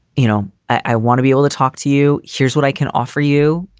you know, i want to be able to talk to you. here's what i can offer you.